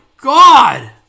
God